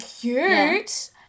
cute